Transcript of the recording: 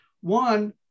one